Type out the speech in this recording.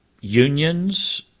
unions